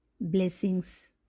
blessings